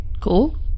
Cool